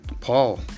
Paul